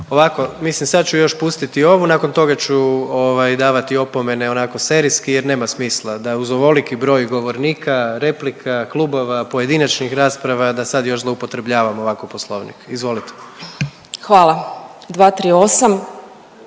Ovako, mislim sad ću još pustiti ovu, nakon toga ću ovaj, davati opomene onako serijski jer nema smisla da uz ovoliki broj govornika, replika, klubova, pojedinačnih rasprava, da sad još zloupotrebljavamo ovako Poslovnik. Izvolite. **Peović, Katarina